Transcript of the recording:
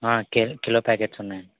K kilo packets ఉన్నాయండి